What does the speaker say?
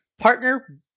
partner